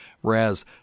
Whereas